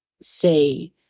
say